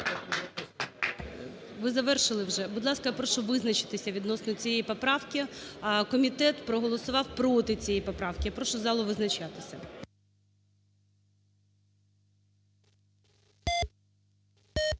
Ви завершили вже? Будь ласка, я прошу визначитися відносно цієї поправки. Комітет проголосував проти цієї поправки. Я прошу залу визначатися.